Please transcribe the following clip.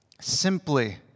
simply